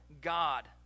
God